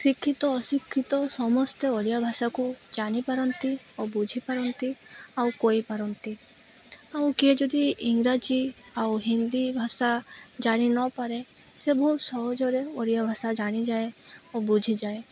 ଶିକ୍ଷିତ ଅଶିକ୍ଷିତ ସମସ୍ତେ ଓଡ଼ିଆ ଭାଷାକୁ ଜାଣିପାରନ୍ତି ଓ ବୁଝିପାରନ୍ତି ଆଉ କହିପାରନ୍ତି ଆଉ କିଏ ଯଦି ଇଂରାଜୀ ଆଉ ହିନ୍ଦୀ ଭାଷା ଜାଣି ନପାରେ ସେ ବହୁତ ସହଜରେ ଓଡ଼ିଆ ଭାଷା ଜାଣିଯାଏ ଓ ବୁଝିଯାଏ